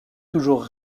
toujours